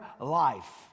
life